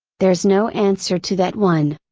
there's no answer to that one.